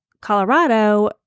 Colorado